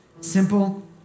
Simple